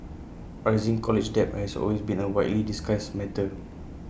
rising college debt has always been A widely discussed matter